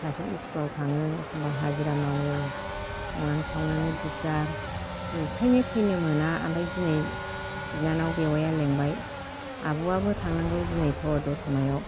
फिसाफोर इस्कुलाव थाङो एखम्ब्ला हाजिरा मावो संनानै खावनानै दिगदार बेखायनो फैनो मोना ओमफ्राय दिनै बिनानाव बेवाइया लिंबाय आब'आबो थांनांगौ दिनै थौ दतमायाव